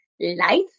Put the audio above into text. life